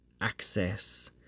access